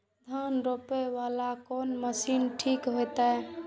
धान रोपे वाला कोन मशीन ठीक होते?